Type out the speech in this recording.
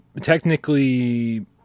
technically